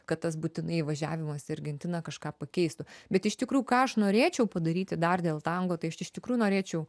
kad tas būtinai važiavimas į argentiną kažką pakeistų bet iš tikrųjų ką aš norėčiau padaryti dar dėl tango tai aš iš tikrųjų norėčiau